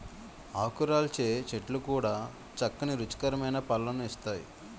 ఆకురాల్చే చెట్లు కూడా చక్కని రుచికరమైన పళ్ళను ఇస్తాయి